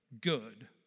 good